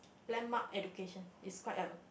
landmark education is quite a